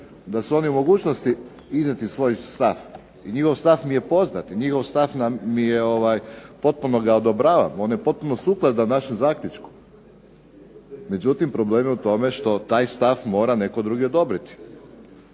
da su oni u mogućnosti iznijeti svoj stav, i njihov mi je poznati, njihovo stav potpuno ga odobravam, on je sukladan našem zaključku. NO, problem je tome što taj stav mora netko drugi odobriti,